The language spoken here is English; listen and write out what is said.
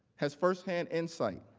has firsthand insight